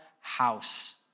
house